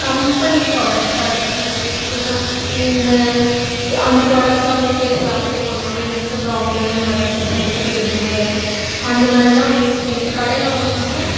company ப்ராடக்ட்டாக இருக்குது இது வந் இந்த அந்த ப்ராடக்ட்ஸெல்லாம் வந்து ஃபேஸ்சில் அப்ளை பண்ணிணாலும் எந்த ப்ராப்ளமுமே வராது சைட் எஃபெக்ட்ஸ் எதுவும் வராது அந்தமாதிரில்லாம் இப்போ கடையில் வாங்கினா கூட